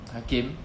Hakim